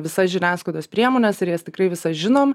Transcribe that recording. visas žiniasklaidos priemones ir jas tikrai visas žinom